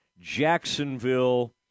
Jacksonville